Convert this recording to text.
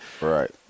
Right